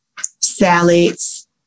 salads